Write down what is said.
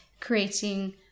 creating